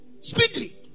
speedily